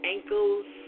Ankles